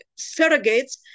surrogates